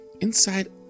inside